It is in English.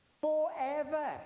Forever